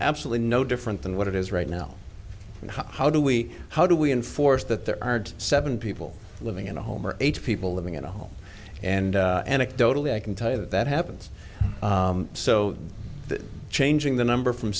absolutely no different than what it is right now how do we how do we enforce that there are seven people living in a home or eight people living in a home and anecdotally i can tell you that that happens so that changing the number from